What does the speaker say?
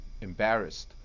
embarrassed